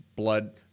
blood